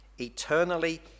eternally